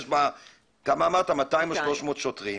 שיש בה 200 או 300 שוטרים.